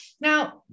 now